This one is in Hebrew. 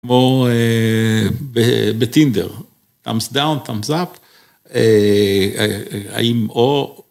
כמו ב... בטינדר, thumbs down, thumbs up, האם או...